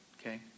Okay